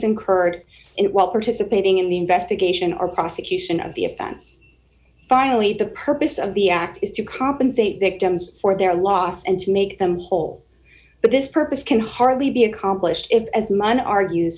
incurred in it while participating in the investigation or prosecution of the offense finally the purpose of the act is to compensate victims for their loss and to make them whole but this purpose can hardly be accomplished if as mine argues